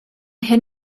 hyn